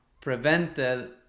prevented